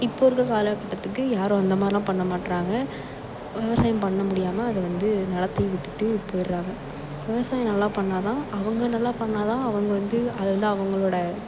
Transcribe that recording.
இப்போது இருக்கற காலகட்டத்துக்கு யாரும் அந்த மாதிரிலாம் பண்ண மாட்டிறாங்க விவசாயம் பண்ண முடியாமல் அதை வந்து நிலத்தையும் விட்டுவிட்டு போய்ட்றாங்க விவசாயம் நல்லா பண்ணிணா தான் அவங்க நல்லா பண்ணிணா தான் அவங்க வந்து அதை வந்து அவங்களோடய